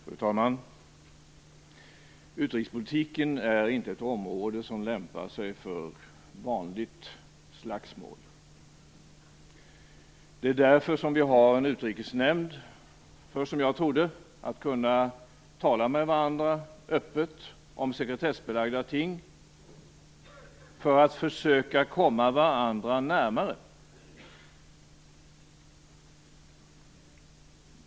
Fru talman! Utrikespolitiken är inte ett område som lämpar sig för vanligt slagsmål. Det är därför vi har en utrikesnämnd - för att, som jag trodde, kunna tala öppet med varandra om sekretessbelagda ting och för att försöka komma varandra närmare.